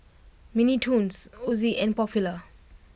Mini Toons Ozi and Popular